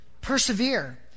persevere